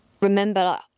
remember